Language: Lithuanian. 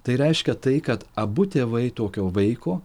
tai reiškia tai kad abu tėvai tokio vaiko